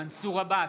מנסור עבאס,